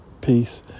peace